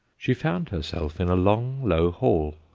she found herself in a long, low hall,